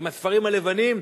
עם הספרים הלבנים,